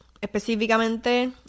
Específicamente